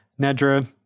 Nedra